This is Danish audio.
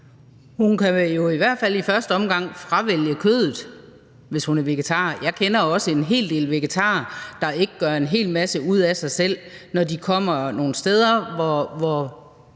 vel jo i hvert fald i første omgang fravælge kødet, hvis hun er vegetar. Jeg kender også en hel del vegetarer, der ikke gør en hel masse ud af sig selv, når de kommer nogle steder, hvor